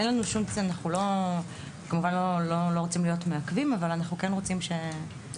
אנחנו כמובן לא רוצים להיות מעכבים אבל אנחנו כן רוצים --- סליחה,